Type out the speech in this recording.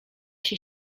się